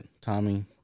Tommy